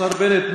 השר בנט,